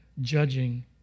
judging